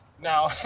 now